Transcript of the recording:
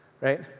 right